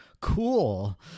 cool